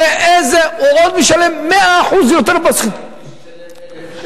הוא עוד משלם 100% יותר בשכירות,